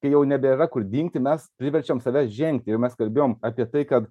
kai jau nebėra kur dingti mes priverčiam save žengti ir mes kalbėjom apie tai kad